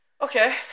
Okay